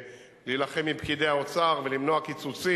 כלומר, גידול של 130% במשך תשע שנים.